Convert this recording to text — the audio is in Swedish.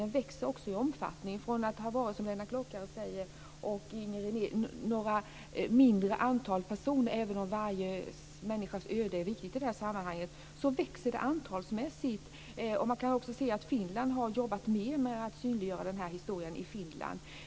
Den växer också i omfattning, från att ha handlat, som Lennart Klockare och Inger René säger, om ett mindre antal personer, även om varje människas öde är viktigt i detta sammanhang. Man kan också se att man i Finland har jobbat mer med att synliggöra denna historia.